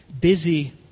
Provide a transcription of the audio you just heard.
busy